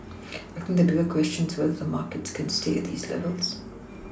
I think the bigger question is whether the markets can stay at these levels